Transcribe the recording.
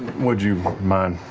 would you mind?